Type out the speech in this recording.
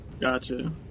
Gotcha